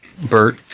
Bert